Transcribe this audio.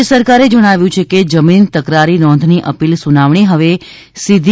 રાજ્ય સરકારે જણાવ્યું છે કે જમીન તકરારી નોંધની અપીલ સુનાવણી હવે સીધી